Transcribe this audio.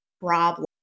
problem